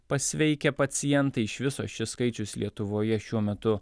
pasveikę pacientai iš viso šis skaičius lietuvoje šiuo metu